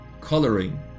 coloring